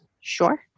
Sure